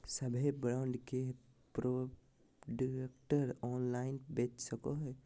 सभे ब्रांड के product online बेच सको हइ